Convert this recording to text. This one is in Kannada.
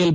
ಎಲ್